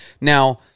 Now